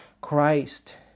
Christ